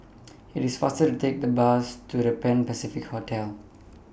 IT IS faster to Take The Bus to The Pan Pacific Hotel